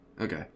Okay